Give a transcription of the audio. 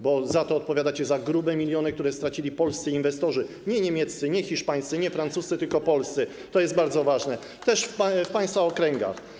Bo za to odpowiadacie, za grube miliony, które stracili polscy inwestorzy - nie niemieccy, nie hiszpańscy, nie francuscy, tylko polscy, to jest bardzo ważne, też w państwa okręgach.